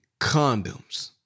condoms